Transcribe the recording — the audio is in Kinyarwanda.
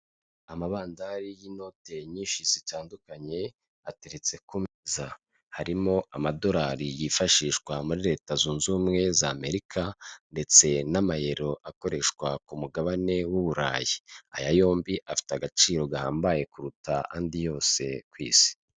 Amabandari y' inoteri nyinshi zitandukanye, ateretse ku meza, harimo amadolari yifashishwa muri leta zunze ubumwe za amerika ndetse n'amayero akoreshwa ku mugabane w'ubu burayi ,aya yombi afite agaciro gahambaye kuruta ayandi yose ku isi.